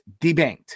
debanked